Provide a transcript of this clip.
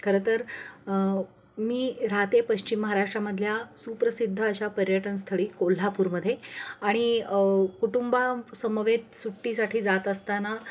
खरं तर मी राहतेे पश्चिम महाराष्ट्रामधल्या सुप्रसिद्ध अशा पर्यटन स्थळी कोल्हापूरमधे आणि कुटुंबा समवेत सुट्टीसाठी जात असताना